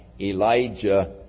Elijah